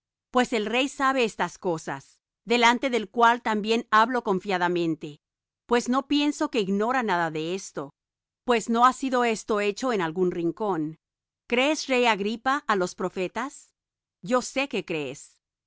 pues el rey sabe estas cosas delante del cual también hablo confiadamente pues no pienso que ignora nada de esto pues no ha sido esto hecho en algún rincón crees rey agripa á los profetas yo sé que crees